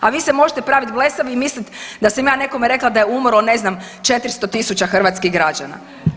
A vi se možete praviti blesavi i misliti da sam ja nekom rekla da je umrlo ne znam 400 000 hrvatskih građana.